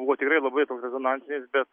buvo tikrai labai toks rezonansinis bet